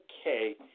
okay